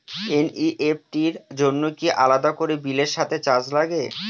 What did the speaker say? NEFT র জন্য কি আলাদা করে বিলের সাথে চার্জ লাগে?